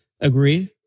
agree